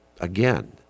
again